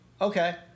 Okay